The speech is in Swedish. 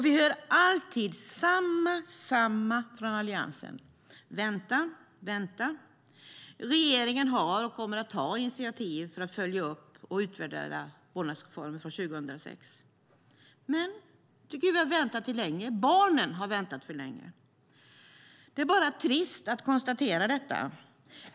Vi hör alltid samma sak från Alliansen: Vänta, vänta - regeringen har tagit och kommer att ta initiativ för att följa upp och utvärdera vårdnadsreformen från 2006. Jag tycker att vi har väntat för länge. Barnen har väntat för länge. Det är bara trist att konstatera detta.